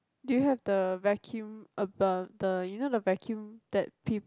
do you have the vacuum about the you know the vacuum that peop~